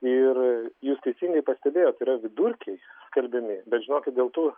ir jūs teisingai pastebėjot yra vidurkiai skelbiami bet žinokit dėl tų